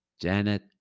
Janet